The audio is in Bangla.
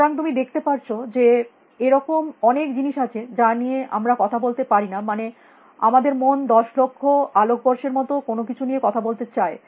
সুতরাং তুমি দেখতে পারছ যে এরকম অনেক জিনিস আছে যা নিয়ে আমরা কথা বলতে পারি না মানে আমাদের মন 10 লক্ষ আলোকবর্ষের মত কোনো কিছু নিয়ে কথা বলতে চায়